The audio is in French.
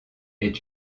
est